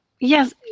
Yes